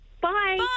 Bye